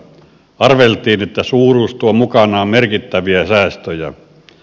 arveltiin että suuruus tuo mukanaan merkittäviä säästöjä